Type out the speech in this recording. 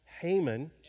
Haman